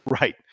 Right